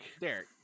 Derek